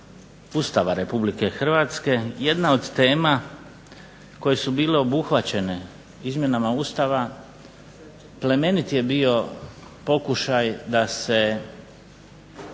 Ustava RH jedna od tema koje su bile obuhvaćene izmjenama Ustava plemenit je bio pokušaj da se